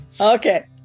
Okay